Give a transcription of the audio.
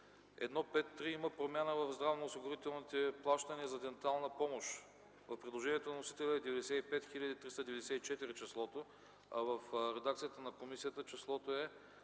1.5.3 има промяна в здравноосигурителните плащания за дентална помощ. В предложението на вносителя числото е 95 хил. 394, а в редакцията на комисията, числото е